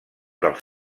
dels